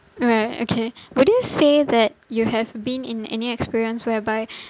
alright okay would you say that you have been in any experience whereby